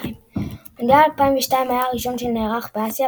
מונדיאל 2002 היה הראשון שנערך באסיה,